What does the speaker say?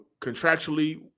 contractually